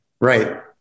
right